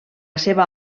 seva